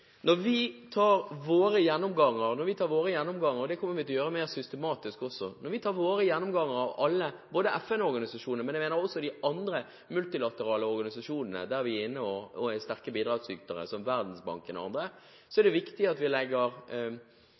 tar våre gjennomganger – det kommer vi til å gjøre mer systematisk – av alle, både FN-organisasjonene og de andre multilaterale organisasjonene der vi er inne og er sterke bidragsytere, som Verdensbanken og andre, er det viktig at vi legger